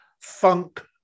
funk